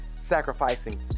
sacrificing